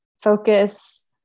focus